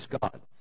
God